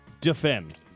defend